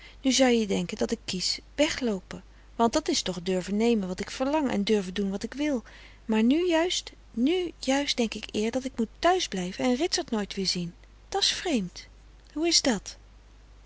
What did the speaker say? nu zou je denken dat ik kies wegloope want dat is toch durve nemen wat ik verlang en durve doen wat ik wil maar nu juist nu juist denk ik eer dat ik moet thuis blijve en ritsert nooit weer zien da's vreemd hoe is dat